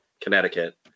connecticut